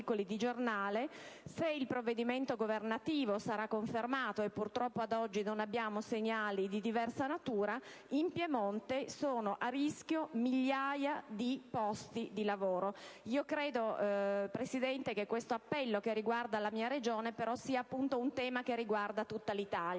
se il provvedimento governativo sarà confermato - e purtroppo, ad oggi, non abbiamo segnali di diversa natura - in Piemonte sono a rischio migliaia di posti di lavoro. Credo, signora Presidente, che questo appello, che riguarda la mia regione, tocchi un tema che riguarda tutta l'Italia,